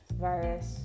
virus